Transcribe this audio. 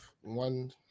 one